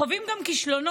חווים גם כישלונות.